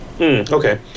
Okay